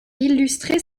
illustré